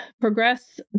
progress